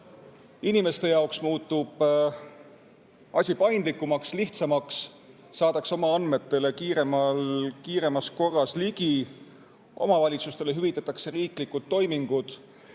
inimeste jaoks muutub asi paindlikumaks-lihtsamaks, saadakse oma andmetele kiiremas korras ligi; teiseks, omavalitsustele hüvitatakse riiklikud toimingud;